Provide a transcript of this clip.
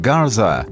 Garza